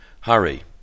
hurry